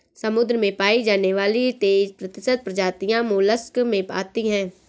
समुद्र में पाई जाने वाली तेइस प्रतिशत प्रजातियां मोलस्क में आती है